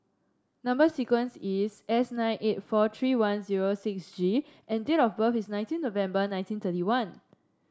number sequence is S nine eight four three one zero six G and date of birth is nineteen November nineteen thirty one